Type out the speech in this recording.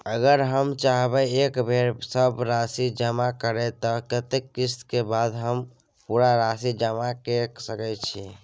अगर हम चाहबे एक बेर सब राशि जमा करे त कत्ते किस्त के बाद हम पूरा राशि जमा के सके छि?